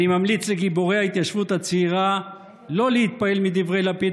אני ממליץ לגיבורי ההתיישבות הצעירה לא להתפעל מדברי לפיד